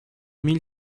mille